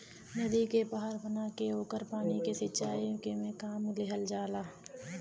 नदी पे नहर बना के ओकरे पानी के सिंचाई में काम लिहल जाला